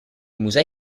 musei